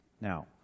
now